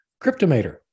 Cryptomator